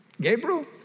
Gabriel